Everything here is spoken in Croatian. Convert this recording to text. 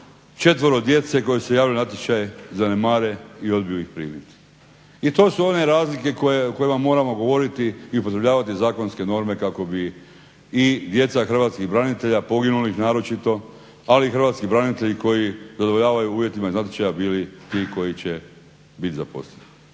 četvero djece koji su se javili na natječaj zanemare i odbiju ih primiti. I to su one razlike o kojima moramo govoriti i upotrebljavati zakonske norme kako bi i djeca hrvatskih branitelja, poginulih naročito, ali i hrvatski branitelji koji zadovoljavaju uvjetima iz natječaja bili ti koji će bit zaposleni.